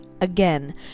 Again